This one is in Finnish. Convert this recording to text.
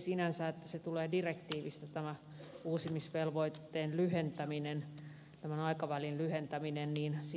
sinänsä sille että tämä uusimisvelvoitteen aikavälin lyhentäminen